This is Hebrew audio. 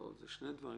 לא, זה שני דברים.